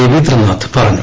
രവീന്ദ്രനാഥ് പറഞ്ഞു